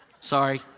Sorry